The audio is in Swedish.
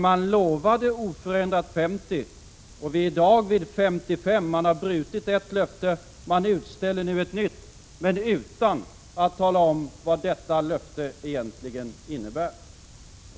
Man lovade oförändrat 50 96, och vi är i dag uppe vid 55 20. Man har brutit ett löfte och utställer nu ett nytt, men utan att tala om vad detta löfte egentligen innebär.